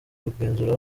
kugenzura